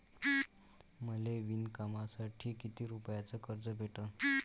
मले विणकामासाठी किती रुपयानं कर्ज भेटन?